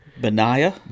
Beniah